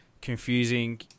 confusing